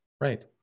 Right